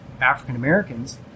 African-Americans